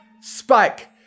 Spike